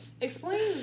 Explain